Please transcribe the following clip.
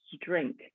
drink